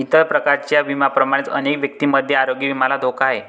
इतर प्रकारच्या विम्यांप्रमाणेच अनेक व्यक्तींमध्ये आरोग्य विम्याला धोका आहे